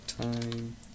time